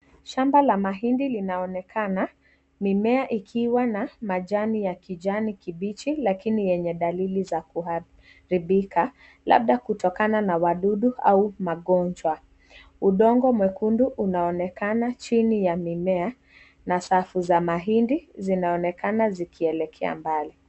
Shamba la mahindi linaonekana, mimea ikiwa na majani ya kijanikibichi lakini yenye dalili za kuharibika labda kutokana na wadudu au magonjwa, udongo mwekundu unaonekana chini ya mimea, na safu za mahindi zinaonekana zikielekea mbali.